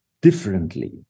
differently